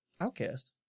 Outcast